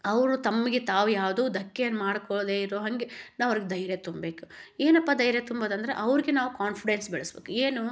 ಅವರು ತಮಗೆ ತಾವು ಯಾವುದೋ ಧಕ್ಕೆ ಮಾಡಿಕೊಳ್ದೆ ಇರೋ ಹಾಗೆ ನಾವು ಅವ್ರಿಗೆ ಧೈರ್ಯ ತುಂಬಬೇಕ್ ಏನಪ್ಪಾ ಧೈರ್ಯ ತುಂಬೋದಂದರೆ ಅವ್ರಿಗೆ ನಾವು ಕಾನ್ಫಿಡೆನ್ಸ್ ಬೆಳೆಸ್ಬೇಕ್ ಏನು